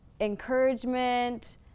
encouragement